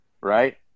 right